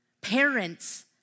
parents